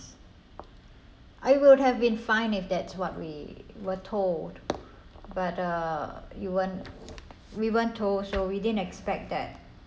I would have been fine if that's what we were told but uh you weren't we weren't told so we didn't expect that